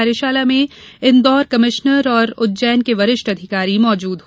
कार्यशाला इंदौर कमिश्नर और उज्जैन के वरिष्ठ अधिकारी मौजूद हैं